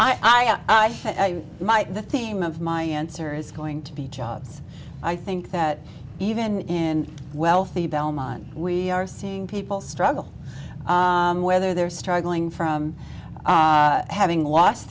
have i think i might the theme of my answer is going to be jobs i think that even in wealthy belmont we are seeing people struggle whether they're struggling from having lost